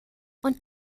und